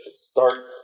start